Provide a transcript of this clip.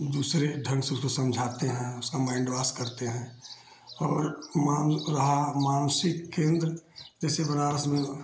दूसरे ढंग से उसको समझाते हैं उसका माइंड वास करते हैं और मान रहा मानसिक केन्द्र जैसे बनारस में